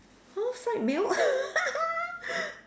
oh fried milk